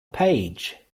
paige